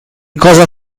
cosa